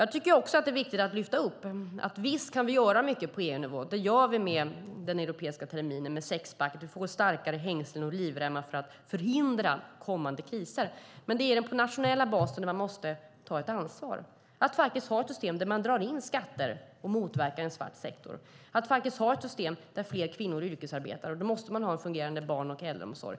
Det är också viktigt att lyfta fram att visst kan vi göra mycket på EU-nivå, och det gör vi med den europeiska terminen med sexpack. Det gör att vi får starkare hängslen och livrem för att förhindra kommande kriser. Men det är på den nationella basen som man måste ta ett ansvar. Man måste faktiskt ha ett system där man drar in skatter och motverkar en svart sektor, ett system där fler kvinnor yrkesarbetar, och då måste man ha en fungerande barn och äldreomsorg.